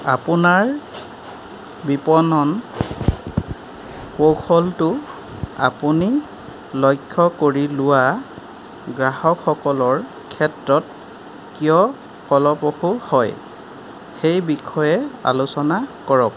আপোনাৰ বিপণন কৌশলটো আপুনি লক্ষ্য কৰি লোৱা গ্ৰাহকসকলৰ ক্ষেত্ৰত কিয় ফলপ্ৰসূ হয় সেই বিষয়ে আলোচনা কৰক